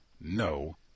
no